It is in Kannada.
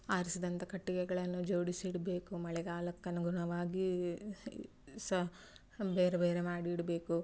ಆರಿಸಿದಂಥ ಕಟ್ಟಿಗೆಗಳನ್ನು ಜೋಡಿಸಿಡಬೇಕು ಮಳೆಗಾಲಕ್ಕನುಗುಣವಾಗಿ ಸಹ ಬೇರೆ ಬೇರೆ ಮಾಡಿಡಬೇಕು